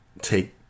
take